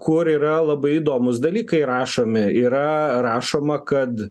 kur yra labai įdomūs dalykai rašomi yra rašoma kad